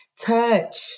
Touch